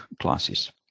classes